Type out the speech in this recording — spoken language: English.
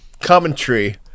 commentary